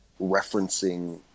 referencing